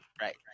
Right